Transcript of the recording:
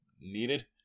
needed